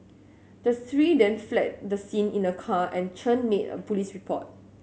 the three then fled the scene in a car and Chen made a police report